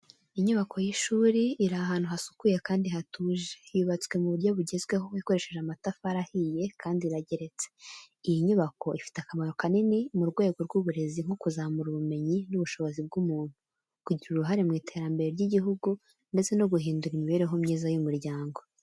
Inyubako y’ishuri iri ahantu hasukuye kandi hatuje, yubatswe mu buryo bugezweho ikoresheje amatafari ahiye kandi irageretse. Iyi nyubako ifite akamaro kanini mu rwego rw’uburezi nko kuzamura ubumenyi n’ubushobozi bw’umuntu, kugira uruhare mu iterambere ry’igihugu ndetse no guhindura imibereho myiza y’umuryango.